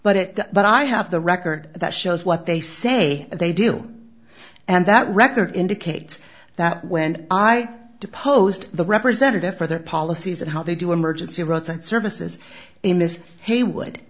but it but i have the record that shows what they say they do and that record indicates that when i deposed the representative for their policies and how they do emergency routes and services in this he would